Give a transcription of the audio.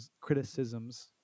criticisms